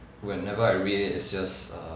whenever I read it it's just err